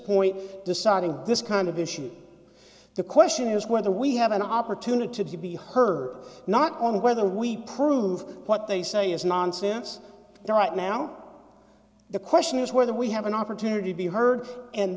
point deciding this kind of issue the question is whether we have an opportunity to be her knock on whether we prove what they say is nonsense there right now the question is whether we have an opportunity to be heard and